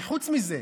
וחוץ מזה,